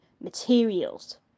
materials